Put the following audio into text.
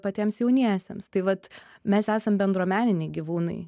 patiems jauniesiems tai vat mes esam bendruomeniniai gyvūnai